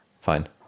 Fine